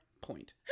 Point